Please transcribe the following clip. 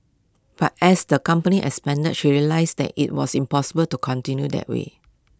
but as the company expanded she realised that IT was impossible to continue that way